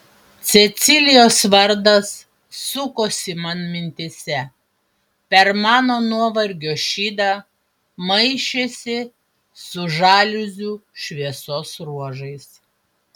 cecilijos vardas sukosi man mintyse per mano nuovargio šydą maišėsi su žaliuzių šviesos ruožais